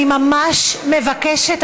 אני ממש מבקשת,